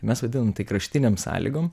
mes vadinam tai kraštinėm sąlygom